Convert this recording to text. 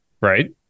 right